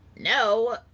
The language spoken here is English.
no